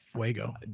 fuego